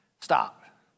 stop